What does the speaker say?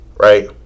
right